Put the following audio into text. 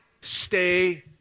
stay